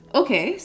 okay